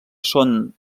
són